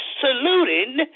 saluting